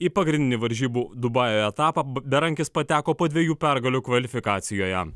į pagrindinį varžybų dubajuje etapą berankis pateko po dviejų pergalių kvalifikacijoje